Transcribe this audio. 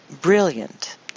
brilliant